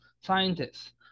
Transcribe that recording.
scientists